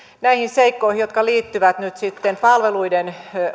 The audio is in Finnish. näihin seikkoihin jotka liittyvät nyt sitten palveluiden